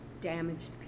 damaged